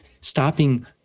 stopping